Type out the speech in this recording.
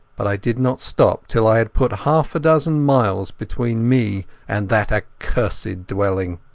but i did not stop till i had put half a dozen miles between me and that accursed dwelling.